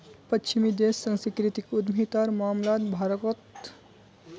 पश्चिमी देश सांस्कृतिक उद्यमितार मामलात भारतक टक्कर नी दीबा पा तेक